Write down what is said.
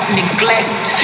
neglect